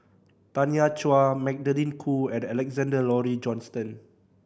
Tanya Chua Magdalene Khoo and Alexander Laurie Johnston